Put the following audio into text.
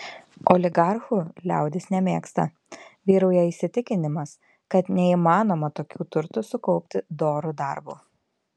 oligarchų liaudis nemėgsta vyrauja įsitikinimas kad neįmanoma tokių turtų sukaupti doru darbu